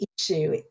issue